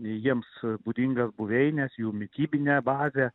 jiems būdingas buveines jų mitybinę bazę